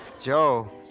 Joe